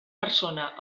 persona